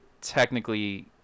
technically